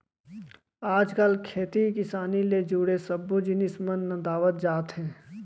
आज काल खेती किसानी ले जुड़े सब्बे जिनिस मन नंदावत जात हें